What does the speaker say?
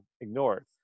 ignored